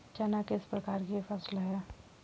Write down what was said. चना किस प्रकार की फसल है?